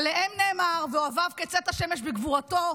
עליהם נאמר 'ואהביו כצאת השמש בגבֻרתו'".